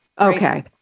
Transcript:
Okay